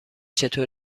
چطور